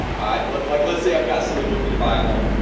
like like let's say. i've got somebody looking to buy a home.